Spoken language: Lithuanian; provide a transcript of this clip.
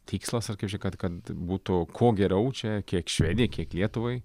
tikslas ar kaip čia kad kad būtų kuo geriau čia kiek švedijai kiek lietuvai